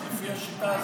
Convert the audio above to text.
לפי השיטה הזאת,